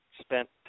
spent